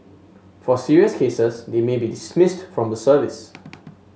for serious cases they may be dismissed from the service